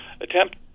attempt